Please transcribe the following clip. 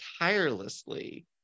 tirelessly